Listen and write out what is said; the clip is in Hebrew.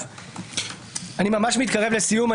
אני ממש מתקרב לסיום.